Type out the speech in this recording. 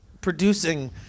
producing